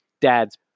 dad's